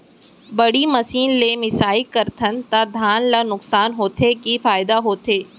बड़ी मशीन ले मिसाई करथन त धान ल नुकसान होथे की फायदा होथे?